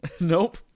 Nope